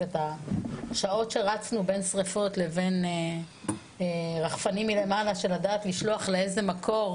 השעות שרצנו בין שריפות לבין רחפנים מלמעלה שלדעת לשלוח לאיזה מקור,